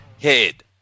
head